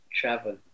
travel